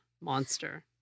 Monster